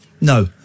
no